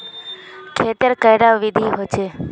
खेत तेर कैडा विधि होचे?